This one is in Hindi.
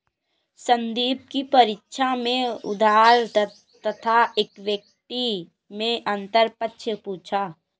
संदीप की परीक्षा में उधार तथा इक्विटी मैं अंतर का प्रश्न पूछा